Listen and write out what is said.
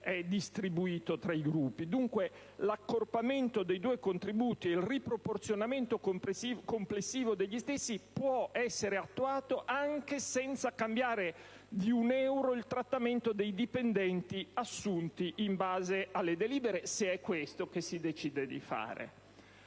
distribuiti. Quindi, l'accorpamento dei due contributi e il riproporzionamento complessivo degli stessi può essere attuato anche senza cambiare di un euro il trattamento dei dipendenti assunti in base alle delibere, se è questo che si decide di fare.